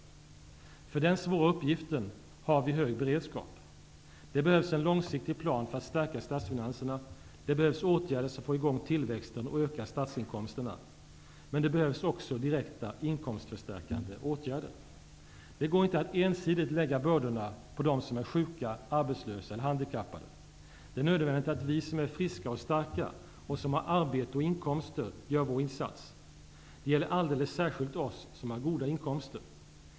För den svåra uppgiften har vi hög beredskap. Det behövs en långsiktig plan för att stärka statsfinanserna. Det behövs åtgärder som får i gång tillväxten och ökar statsinkomsterna. Men det behövs också direkta inkomstförstärkande åtgärder. Det går inte att ensidigt lägga bördorna på dem som är sjuka, arbetslösa eller handikappade. Det är nödvändigt att vi som är friska och starka och som har arbete och inkomster gör vår insats. Det gäller alldeles särskilt oss som har goda inkomster.